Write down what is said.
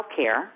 healthcare